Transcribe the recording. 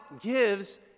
gives